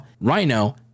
Rhino